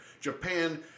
Japan